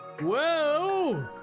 Whoa